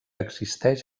existeix